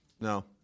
No